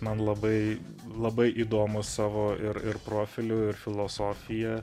man labai labai įdomus savo ir ir profiliu ir filosofija